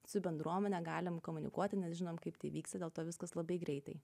su bendruomene galim komunikuoti nes žinom kaip tai vyksta dėl to viskas labai greitai